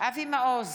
אבי מעוז,